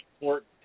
important